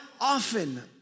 often